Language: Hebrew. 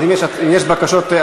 אז אם יש בקשות אחרות,